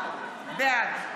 בעד